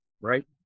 Right